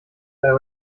der